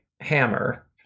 hammer